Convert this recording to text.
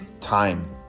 time